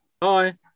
bye